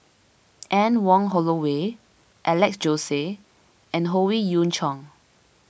Anne Wong Holloway Alex Josey and Howe Yoon Chong